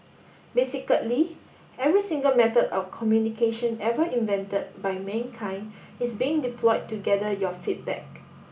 basically every single method of communication ever invented by mankind is being deployed to gather your feedback